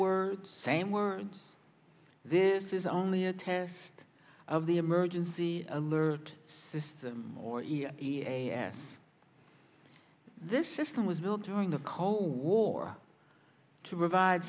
words same words this is only a test of the emergency alert system or e a s this system was built during the cold war to revive